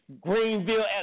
Greenville